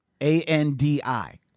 A-N-D-I